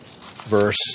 verse